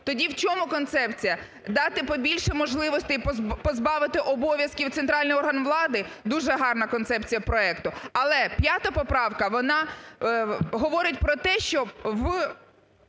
Тоді в чому концепція? Дати побільше можливостей позбавити обов'язків центральний орган влади. Дуже гарна концепція проекту. Але 5 поправка вона говорить про те, що в